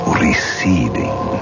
receding